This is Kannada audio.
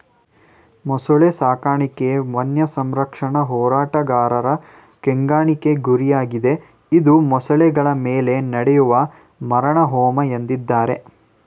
ಮೊಸಳೆ ಸಾಕಾಣಿಕೆ ವನ್ಯಸಂರಕ್ಷಣಾ ಹೋರಾಟಗಾರರ ಕೆಂಗಣ್ಣಿಗೆ ಗುರಿಯಾಗಿದೆ ಇದು ಮೊಸಳೆಗಳ ಮೇಲೆ ನಡೆಯುವ ಮಾರಣಹೋಮ ಎಂದಿದ್ದಾರೆ